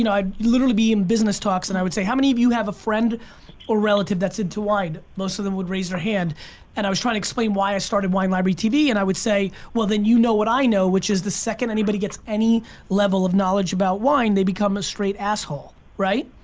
and i'd literally be in business talks and i would say how many of you have a friend or relative that's into wine? most of them would raise their hand and i was trying to explain why i started wine library tv and i would say well then you know what i know which is the second anybody gets any level of knowledge about wine, they become a straight asshole, right?